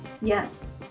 Yes